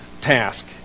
task